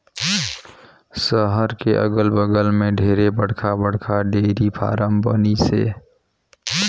सहर के अगल बगल में ढेरे बड़खा बड़खा डेयरी फारम बनिसे